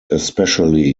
especially